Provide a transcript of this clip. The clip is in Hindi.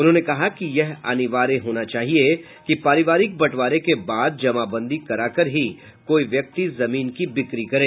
उन्होंने कहा कि यह अनिवार्य होना चाहिए कि पारिवारिक बंटवारे के बाद जमाबंदी कराकर ही कोई व्यक्ति जमीन की बिक्री करे